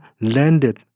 landed